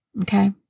okay